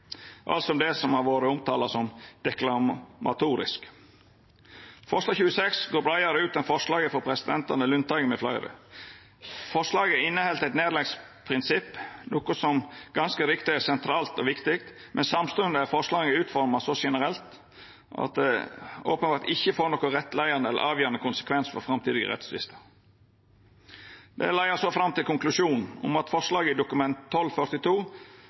det som har vore omtala som deklamatorisk. Forslag nr. 26 går breiare ut enn forslaget frå representanten Lundteigen med fleire. Forslaget inneheld eit nærleiksprinsipp, noko som ganske riktig er sentralt og viktig. Men samstundes er forslaget utforma så generelt at det openbert ikkje får nokon rettleiande eller avgjerande konsekvensar for framtidige rettstvistar. Det leiar fram til konklusjonen om at forslaget i Dokument